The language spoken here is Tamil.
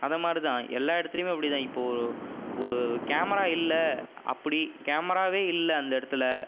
அந்த மாதிரி தான் எல்லா இடத்துலையுமே அப்படி தான் இப்போ ஒரு ஒரு கேமரா இல்லை அப்படி கேமராவே இல்லை அந்த இடத்துல